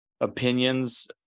opinions